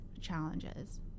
challenges